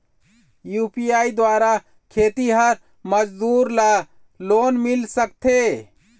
UPI द्वारा खेतीहर मजदूर ला लोन मिल सकथे?